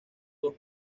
dos